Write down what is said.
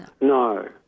No